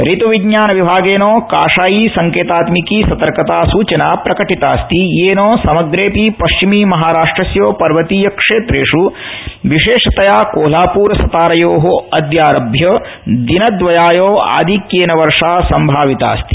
ऋत् विज्ञान विभागेन काषायी संकेतात्मिकी सतर्कता सूचना प्रकटितास्ति येन समग्रेपि पश्चिमी महाराष्ट्रस्य पर्वतीय क्षेत्रेष् विशेषतया कोल्हापुर सतारयो अद्यारभ्य दिनद्वयाय आधिक्येन वर्षा संभावितास्ति